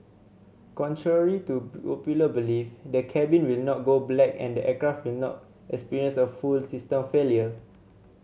contrary to popular belief the cabin will not go black and the aircraft will not experience a full system failure